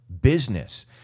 business